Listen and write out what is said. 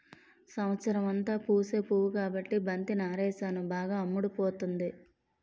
సంవత్సరమంతా పూసే పువ్వు కాబట్టి బంతి నారేసాను బాగా అమ్ముడుపోతుంది